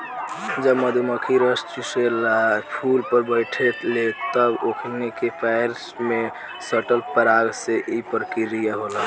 जब मधुमखी रस चुसेला फुल पर बैठे ले तब ओकनी के पैर में सटल पराग से ई प्रक्रिया होला